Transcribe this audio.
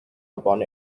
upon